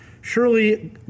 surely